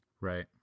Right